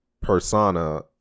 persona